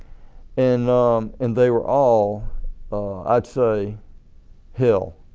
and and they were all i'd say hill.